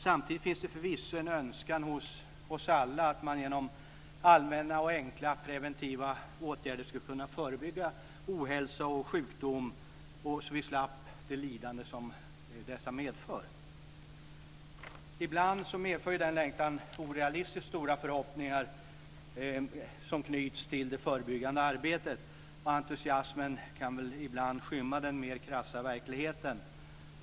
Samtidigt finns det förvisso en önskan hos oss alla att man genom allmänna och enkla preventiva åtgärder skulle kunna förebygga ohälsa och sjukdom så vi slapp det lidande som dessa medför. Ibland medför denna längtan att orealistiskt stora förhoppningar knyts till det förebyggande arbetet. Entusiasmen kan väl ibland skymma den mer krassa verkligheten.